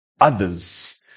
others